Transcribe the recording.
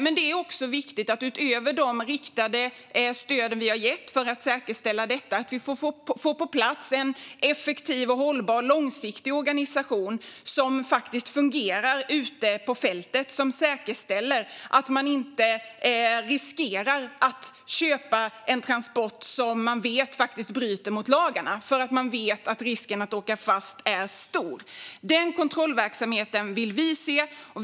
Det är också viktigt att, utöver de riktade stöd som vi har gett för att säkerställa detta, få på plats en effektiv, hållbar och långsiktig organisation som faktiskt fungerar ute på fältet och säkerställer att ingen riskerar att köpa en transport som man vet bryter mot lagarna för att man vet att risken att åka fast är stor. Den kontrollverksamheten vill vi se.